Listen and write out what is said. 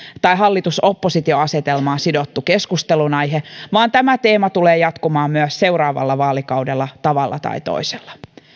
tai hallitus oppositio asetelmaan sidottu keskustelunaihe vaan tämä teema tulee jatkumaan myös seuraavalla vaalikaudella tavalla tai toisella